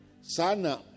Sana